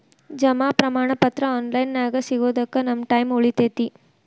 ಜಮಾ ಪ್ರಮಾಣ ಪತ್ರ ಆನ್ ಲೈನ್ ನ್ಯಾಗ ಸಿಗೊದಕ್ಕ ನಮ್ಮ ಟೈಮ್ ಉಳಿತೆತಿ